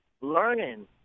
learning